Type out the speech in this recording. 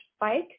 bike